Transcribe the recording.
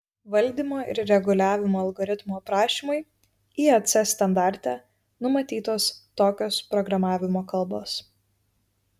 valdymo ir reguliavimo algoritmų aprašymui iec standarte numatytos tokios programavimo kalbos